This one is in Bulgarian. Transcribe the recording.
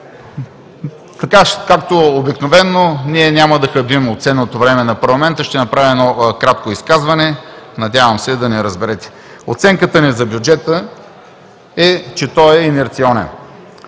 случи. Както обикновено, ние няма да хабим от ценното време на парламента. Ще направя едно кратко изказване, надявам се да ни разберете. Оценката ни за бюджета е, че той е инерционен,